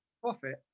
profit